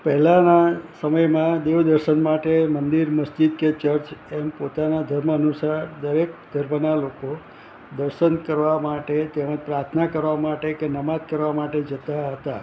પહેલાંના સમયમાં દેવદર્શન માટે મંદિર મસ્જિદ કે ચર્ચ એમ પોતાના ધર્મ અનુસાર દરેક ધર્મના લોકો દર્શન કરવા માટે તેમજ પ્રાર્થના કરવા માટે કે નમાઝ કરવા માટે જતાં હતા